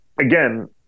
again